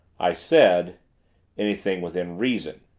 i said anything within reason,